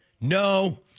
No